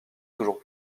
toujours